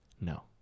No